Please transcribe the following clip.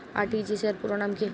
RTGS পুরো নাম কি?